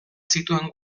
zituen